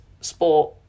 sport